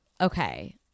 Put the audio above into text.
okay